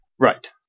Right